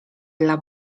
dla